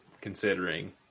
considering